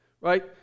right